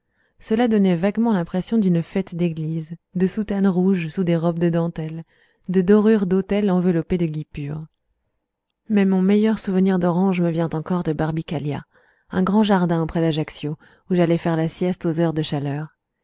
cela donnait vaguement l'impression d'une fête d'église de soutanes rouges sous des robes de dentelles de dorures d'autel enveloppées de guipures mais mon meilleur souvenir d'oranges me vient encore de barbicaglia un grand jardin auprès d'ajaccio où j'allais faire la sieste aux heures de chaleur